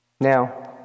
Now